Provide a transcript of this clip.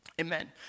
Amen